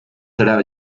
serà